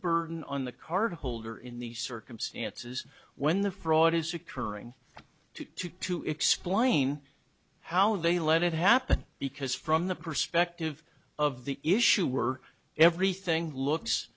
burden on the card holder in these circumstances when the fraud is occurring to you to explain how they let it happen because from the perspective of the issue we're everything looks